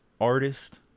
artist